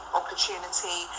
opportunity